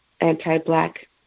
anti-black